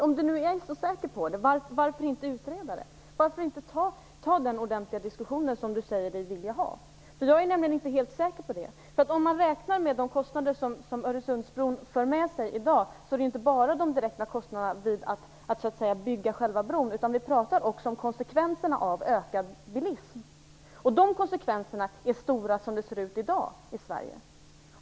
Om Sten Andersson är så säker, varför inte låta utreda detta och ta upp den ordentliga diskussion som han säger sig vilja ha? Jag är nämligen inte helt säker på att resonemanget stämmer. De kostnader som Öresundsbron för med sig i dag gäller inte bara de direkta kostnaderna för att bygga själva bron utan också konsekvenserna av ökad bilism. De konsekvenserna är stora, som det ser ut i dag i Sverige.